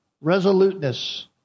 Resoluteness